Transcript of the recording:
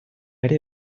ere